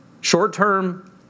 short-term